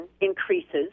increases